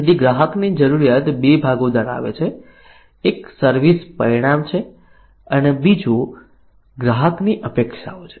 તેથી ગ્રાહકની જરૂરિયાત 2 ભાગો ધરાવે છે એક સર્વિસ પરિણામ છે અને બીજો ગ્રાહકની અપેક્ષાઓ છે